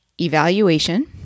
evaluation